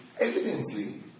evidently